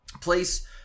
place